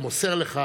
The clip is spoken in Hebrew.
ומוסר לך